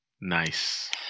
Nice